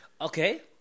Okay